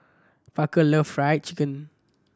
Parker love Fried Chicken